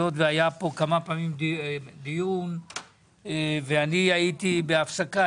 היות והיה פה כמה פעמים דיון - אני הייתי בהפסקה,